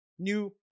New